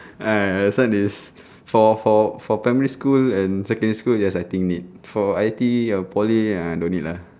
ah this one is for for for primary school and secondary school yes I think need for I_T_E or poly uh no need lah